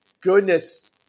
goodness